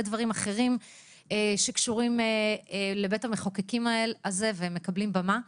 דברים אחרים שקשורים לבית המחוקקים ומקבלים במה.